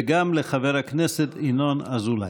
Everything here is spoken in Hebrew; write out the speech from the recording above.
וגם לחבר הכנסת ינון אזולאי.